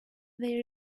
they